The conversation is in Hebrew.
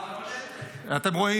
למשל,